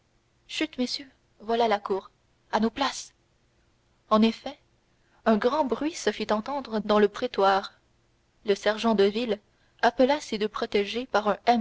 chut messieurs voici la cour à nos places en effet un grand bruit se fit entendre dans le prétoire le sergent de ville appela ses deux protégés par